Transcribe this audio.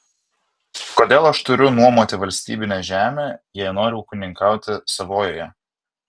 kodėl aš turiu nuomoti valstybinę žemę jei noriu ūkininkauti savojoje